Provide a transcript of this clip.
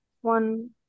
one